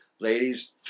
Ladies